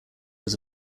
was